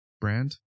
brand